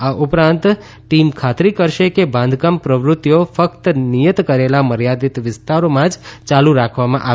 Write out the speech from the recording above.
આ ઉપરાંત ટીમ ખાતરી કરશે કે બાંધકામ પ્રવૃત્તિઓ ફક્ત નિયત કરેલા મર્યાદિત વિસ્તારોમાં જ ચાલુ રાખવામાં આવે